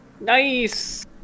Nice